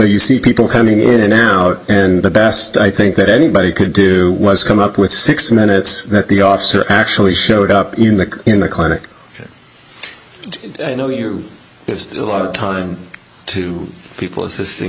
you see people coming in an hour and the best i think that anybody could do was come up with six minutes that the officer actually showed up in the in the clinic you know you have a lot of time to people assisting